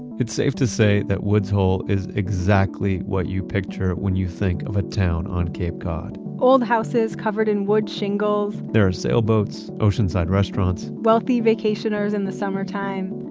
it's safe to say that woods hole is exactly what you picture when you think of a town on cape cod old houses covered in wood shingles. there are sailboats, oceanside restaurants, wealthy vacationers in the summertime.